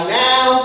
now